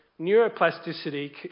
neuroplasticity